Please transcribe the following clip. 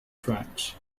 tracks